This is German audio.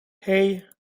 hei